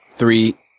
Three